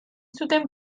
zuten